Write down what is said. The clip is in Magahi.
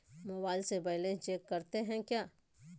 मोबाइल से बैलेंस चेक करते हैं क्या?